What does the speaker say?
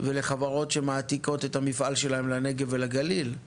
ולחברות שמעתיקות את המפעל שלהן לנגב ולגליל;